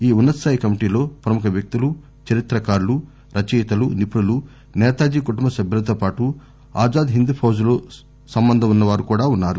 ఈ ఉన్న తస్థాయి కమిటీలో ప్రముఖ వ్యక్తులు చరిత్రకారులు రచయితలు నిపుణులు సేతాజీ కుటుంబ సభ్యులతో పాటు ఆజాద్ హింద్ ఫౌజ్ లో సంబంధం ఉన్న వారు ఉన్నారు